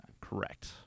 Correct